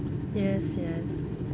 yes yes